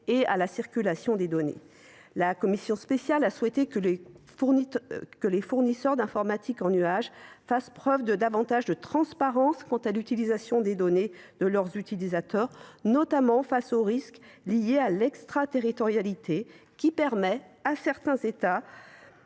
et à la circulation des données. La commission spéciale a souhaité que les fournisseurs d’informatique en nuage fassent preuve de davantage de transparence quant à l’utilisation des données de leurs utilisateurs, notamment face au risque lié à l’extraterritorialité, qui permet à certains États